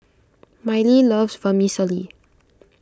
Mylie loves Vermicelli